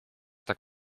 tak